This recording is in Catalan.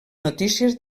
notícies